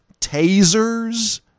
tasers